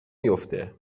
میافته